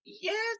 Yes